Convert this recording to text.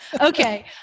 Okay